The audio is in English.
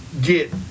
get